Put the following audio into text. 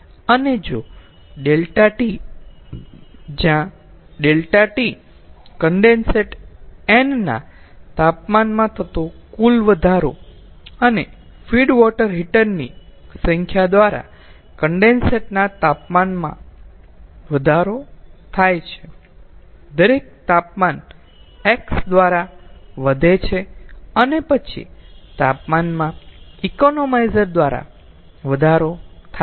અને જો ∆T જ્યાં ∆T કન્ડેન્સેટ n ના તાપમાન માં થતો કુલ વધારો અને ફીડ વોટર હીટર ની સંખ્યા દ્વારા કન્ડેન્સેટ ના તાપમાનમાં વધારો થાય છે દરેક તાપમાન X દ્વારા વધે છે અને પછી તાપમાનમાં ઇકોનોમાઈઝર દ્વારા વધારો થાય છે